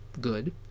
good